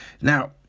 now